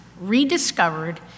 rediscovered